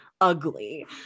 ugly